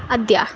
ଆଦ୍ୟା